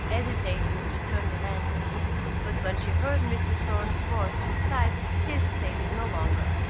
hesitating to turn the handle but when she heard mr thorne's voice inside she hesitated no longer.